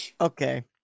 Okay